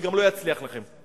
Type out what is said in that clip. וגם לא יצליח לכם.